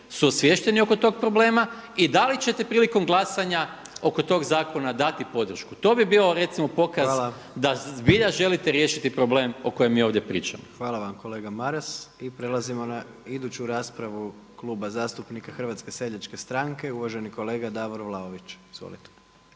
su osviješteni oko tog problema i da li ćete prilikom glasanja oko tog zakona dati podršku. To bi bio recimo pokaz da zbilja želite riješiti problem o kojem mi ovdje pričamo. **Jandroković, Gordan (HDZ)** Hvala vam kolega Maras. I prelazimo na iduću raspravu Kluba zastupnika Hrvatske seljačke stranke, uvaženi kolega Davor Vlaović.